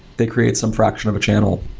they create some fraction of a channel.